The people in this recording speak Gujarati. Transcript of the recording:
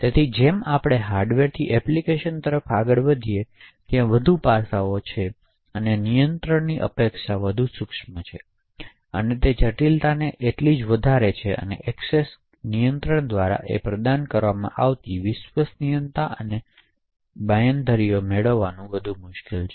તેથી જેમ આપણે હાર્ડવેરથી એપ્લિકેશન તરફ આગળ વધીએ છીએ ત્યાં વધુ પાસાઓ છે અને નિયંત્રણની અપેક્ષા વધુ સુક્ષ્મ છે તેથી જટિલતા એ જ રીતે વધે છે અને એક્સેસ નિયંત્રણ દ્વારા પ્રદાન કરવામાં આવતી વિશ્વસનીયતા અને બાંયધરીઓ મેળવવાનું વધુ મુશ્કેલ છે